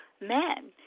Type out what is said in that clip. men